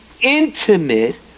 intimate